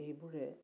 এইবোৰে